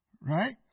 Right